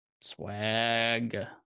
swag